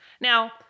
Now